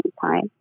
time